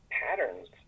patterns